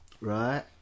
Right